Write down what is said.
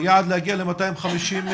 היעד הוא להגיע ל-250 יישובים,